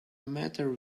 matter